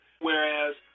Whereas